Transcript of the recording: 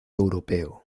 europeo